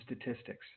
statistics